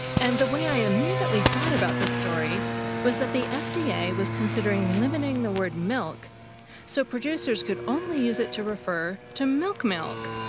and the way i immediately thought about the story was that the fda was considering limiting the word milk so producers could only use it to refer to milk-milk.